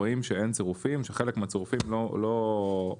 רואים שאין צירופים שחלק מהצופים לא מתקדמים